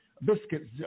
biscuits